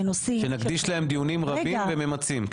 ונקדיש להם דיונים רבים וממצים.